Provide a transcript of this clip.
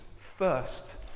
first